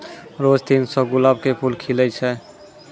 रोज तीन सौ गुलाब के फूल खिलै छै